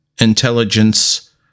intelligence